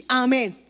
amen